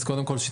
קודם כל,